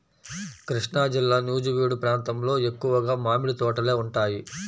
కృష్ణాజిల్లా నూజివీడు ప్రాంతంలో ఎక్కువగా మామిడి తోటలే ఉంటాయి